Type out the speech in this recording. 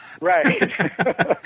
Right